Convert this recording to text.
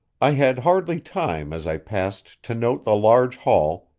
i had hardly time as i passed to note the large hall,